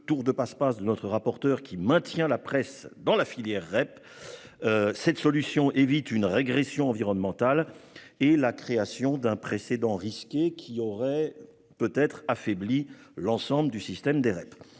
tour de passe-passe de notre rapporteure, qui maintient la presse dans la filière REP. Cette solution évite une régression environnementale, ainsi que la création d'un précédent risqué qui aurait affaibli les REP.